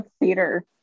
theater